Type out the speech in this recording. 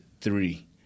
three